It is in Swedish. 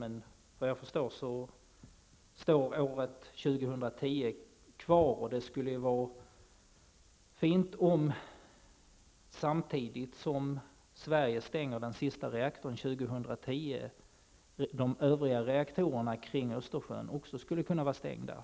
Men efter vad jag förstår står beslutet om avveckling senast år 2010 fast. Det skulle vara fint om de övriga reaktorerna kring Östersjön kunde stängas, samtidigt som Sveriges sista reaktor stängs år 2010.